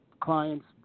clients